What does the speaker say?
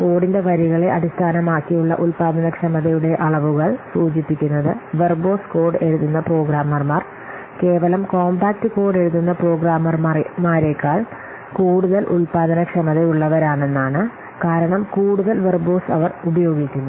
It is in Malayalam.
കോഡിന്റെ വരികളെ അടിസ്ഥാനമാക്കിയുള്ള ഉൽപാദനക്ഷമതയുടെ അളവുകൾ സൂചിപ്പിക്കുന്നത് വെർബോസ് കോഡ് എഴുതുന്ന പ്രോഗ്രാമർമാർ കേവലം കോംപാക്റ്റ് കോഡ് എഴുതുന്ന പ്രോഗ്രാമർമാരേക്കാൾ കൂടുതൽ ഉൽപാദനക്ഷമതയുള്ളവരാണെന്നാണ് കാരണം കൂടുതൽ വെർബോസ് അവർ ഉപയോഗിക്കുന്നു